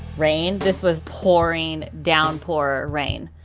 rain. this was pouring downpour rain.